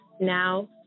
Now